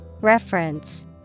Reference